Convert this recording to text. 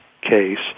case